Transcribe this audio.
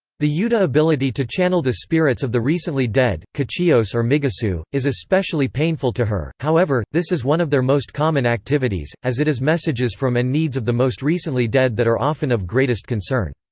the yuta ability to channel the spirits of the recently dead, kuchiyose or migusou, is especially painful to her however, this is one of their most common activities, as it is messages from and needs of the most recently dead that are often of greatest concern.